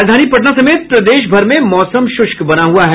राजधानी पटना समेत प्रदेश भर में मौसम शुष्क बना हुआ है